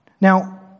Now